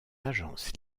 agence